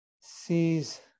sees